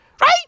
Right